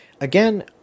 Again